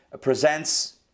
presents